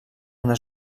una